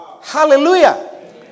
Hallelujah